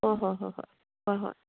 ꯍꯣꯏ ꯍꯣꯏ ꯍꯣꯏ ꯍꯣꯏ ꯍꯣꯏ ꯍꯣꯏ